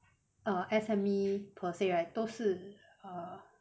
uh S_M_E per say right 都是 uh